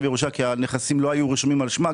ירושה כי הנכסים לא היו רשומים על שמה,